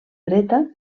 dreta